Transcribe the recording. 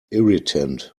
irritant